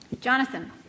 Jonathan